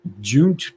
June